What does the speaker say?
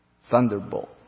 thunderbolt